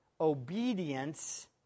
obedience